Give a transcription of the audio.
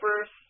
first